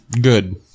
good